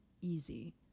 easy